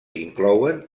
inclouen